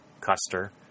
Custer